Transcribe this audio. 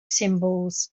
symbols